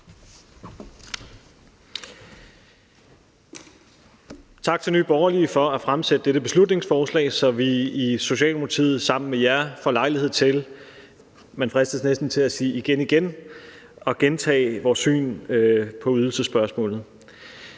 Tak til Nye Borgerlige for at fremsætte dette beslutningsforslag, så vi i Socialdemokratiet sammen med jer får lejlighed til – man fristes næsten til at sige igen igen – at gentage vores syn på ydelsesspørgsmålet.